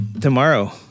Tomorrow